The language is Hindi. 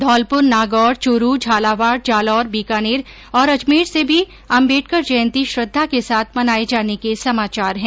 धौलपुर नागौर चुरू झालावाड़ जालौर बीकानेर और अजमेर से भी अंबेडकर जयंती श्रद्धा के साथ मनाए जाने के समाचार हैं